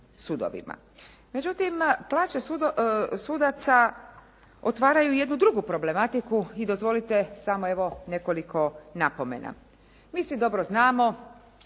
Međutim, plaće sudaca otvaraju jednu drugu problematiku i dozvolite samo evo nekoliko napomena. Mi svi dobro znamo